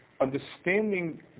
Understanding